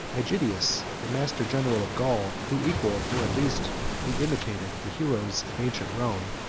aegidius, the master-general of gaul, who equalled, or at least who imitated, the heroes of ancient rome,